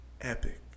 epic